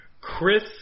Chris